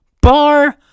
Bar